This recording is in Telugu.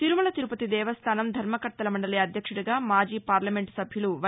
తిరుమల తిరుపతి దేవస్థానం ధర్మకర్తల మండలి అధ్యక్షుడిగా మాజీ పార్లమెంట్ సభ్యులు వై